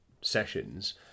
sessions